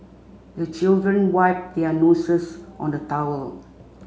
the children wipe their noses on the towel